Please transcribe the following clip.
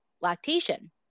lactation